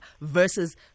versus